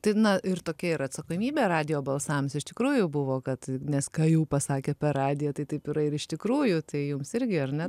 tai na ir tokia ir atsakomybė radijo balsams iš tikrųjų buvo kad nes ką jau pasakė per radiją tai taip yra ir iš tikrųjų tai jums irgi ar ne